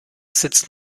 sitzt